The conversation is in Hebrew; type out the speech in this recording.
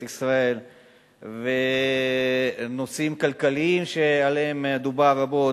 ישראל ונושאים כלכליים שעליהם דובר רבות.